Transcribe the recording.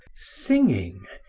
singing,